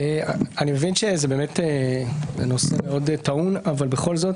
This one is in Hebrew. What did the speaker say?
אני מבין שזה נושא מאוד טעון, אבל בכל זאת